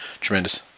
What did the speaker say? tremendous